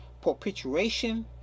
perpetuation